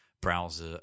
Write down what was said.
browser